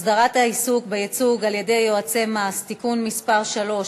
הסדרת העיסוק בייצוג על-ידי יועצי מס (תיקון מס' 3),